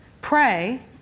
pray